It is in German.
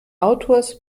autors